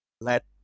let